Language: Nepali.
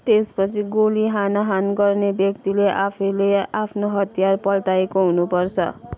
त्यसपछि गोली हानाहान गर्ने व्यक्तिले आफैले आफ्नो हतियार पल्टाएको हुनुपर्छ